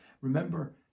Remember